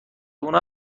اونا